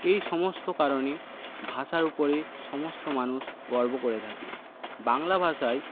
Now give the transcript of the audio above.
এই সমস্ত কারণে ভাষার ওপরে সমস্ত মানুষ গর্ব করে থাকে বাংলা ভাষায়